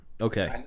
Okay